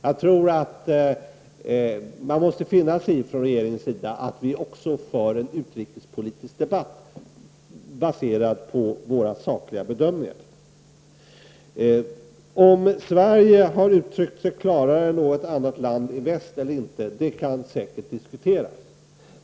Regeringen måste finna sig i att vi också för en utrikespolitisk debatt baserad på våra sakliga bedömningar. Om Sverige har uttryckt sig klarare än något annat land i väst eller inte kan säkert diskuteras.